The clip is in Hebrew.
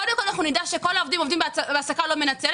קודם כול נדע שכל העובדים עובדים בהעסקה לא מנצלת